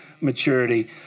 maturity